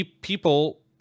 people –